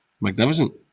magnificent